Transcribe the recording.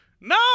No